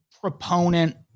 proponent